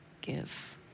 give